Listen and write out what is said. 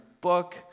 book